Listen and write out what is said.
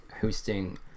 hosting